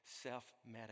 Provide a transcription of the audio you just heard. self-medicate